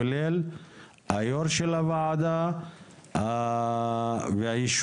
כולל יושב ראש הוועדה והישובים